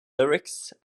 lyrics